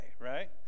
right